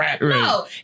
No